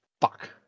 fuck